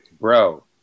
Bro